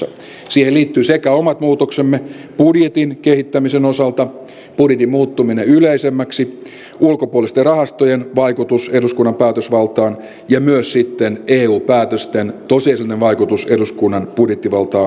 siihen liittyvät sekä omat muutoksemme budjetin kehittämisen osalta budjetin muuttuminen yleisemmäksi ulkopuolisten rahastojen vaikutus eduskunnan päätösvaltaan että myös sitten eu päätösten tosiasiallinen vaikutus eduskunnan budjettivallan rajaamiseen